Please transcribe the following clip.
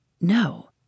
No